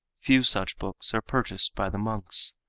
few such books are purchased by the monks.